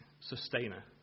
sustainer